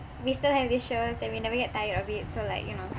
we still have these shows that we never get tired of it so like you know